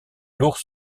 lourd